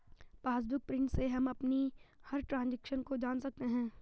passbook print से हम अपनी हर ट्रांजेक्शन को जान सकते है